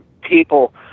people